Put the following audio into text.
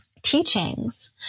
teachings